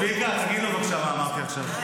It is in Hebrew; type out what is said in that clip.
צביקה, תגיד לו, בבקשה, מה אמרתי עכשיו.